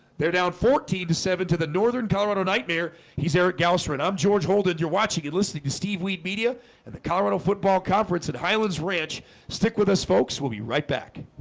they're down fourteen to seven to the northern, colorado nightmare he's here at goucher and i'm george holden you're watching it listening to steve wheat media and the colorado football conference at highlands ranch stick with us folks. we'll be right back